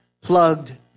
plugged